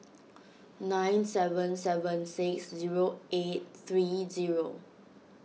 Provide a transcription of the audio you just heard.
nine seven seven six zero eight three zero